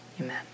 amen